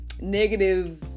negative